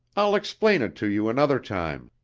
i'll explain it to you another time.